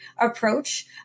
approach